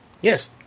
yes